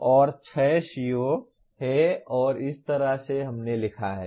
और 6 CO हैं और इस तरह से हमने लिखा है